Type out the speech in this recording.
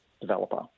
developer